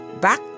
Back